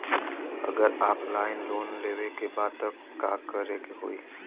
अगर offline loan लेवे के बा त का करे के होयी?